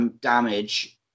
damage